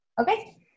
Okay